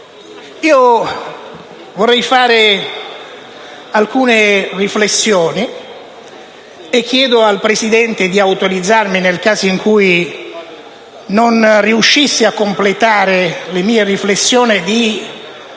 Vorrei fare alcune riflessioni, e chiedo al Presidente di autorizzarmi, nel caso in cui non riuscissi a completarle, a consegnare il